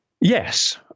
Yes